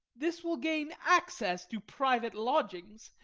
this will gain access to private lodgings,